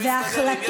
דיוני ממשלה והחלטות,